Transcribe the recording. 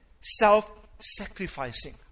self-sacrificing